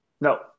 No